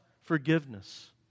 forgiveness